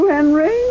Henry